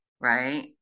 right